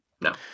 No